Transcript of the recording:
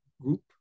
group